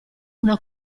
una